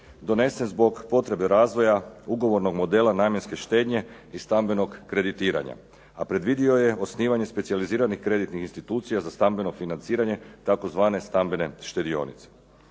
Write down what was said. donesen zbog potrebe razvoja ugovornog modela namjenske štednje i stambenog kreditiranja, a predvidio je osnivanje specijaliziranih kreditnih institucija za stambeno financiranje tzv. stambene štedionice.